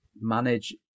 manage